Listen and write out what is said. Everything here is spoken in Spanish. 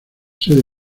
sede